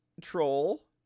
troll